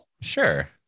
Sure